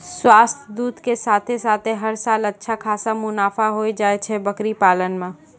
स्वस्थ दूध के साथॅ साथॅ हर साल अच्छा खासा मुनाफा होय जाय छै बकरी पालन मॅ